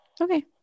okay